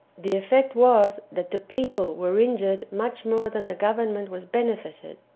the effect was, that the people were injured much more than the government was benefited.